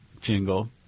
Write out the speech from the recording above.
jingle